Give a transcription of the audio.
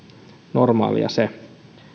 normaalia se